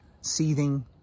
seething